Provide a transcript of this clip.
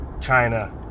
china